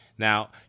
Now